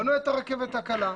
בנו את הרכבת הקלה.